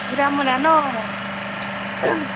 ঘোঁৰামৰা নহ্